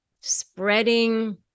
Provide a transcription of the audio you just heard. spreading